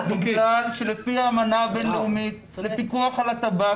בגלל שלפי האמנה הבינלאומית לפיקוח על הטבק